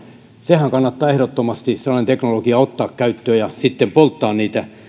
sehän kannattaa ehdottomasti sellainen teknologia ottaa käyttöön ja sitten polttaa niitä